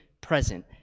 present